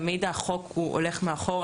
תמיד החוק הולך מאחורה,